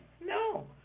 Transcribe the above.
No